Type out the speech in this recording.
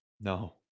No